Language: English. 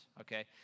okay